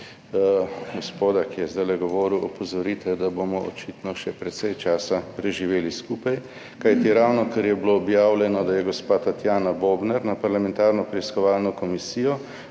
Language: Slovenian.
gospoda, ki je zdajle govoril opozorite, da bomo očitno še precej časa preživeli skupaj, kajti ravnokar je bilo objavljeno, da je gospa Tatjana Bobnar na parlamentarno preiskovalno komisijo